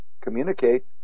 communicate